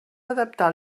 adaptar